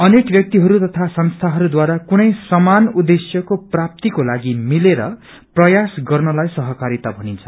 अनेक ब्यक्तिहरू तथा संस्थाहरूद्वारा कुनै समान उद्धेश्यको प्राप्तीकोलागि मिलेर प्रयास गर्नलाई सहकारिता भनिन्छ